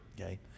okay